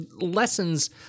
lessons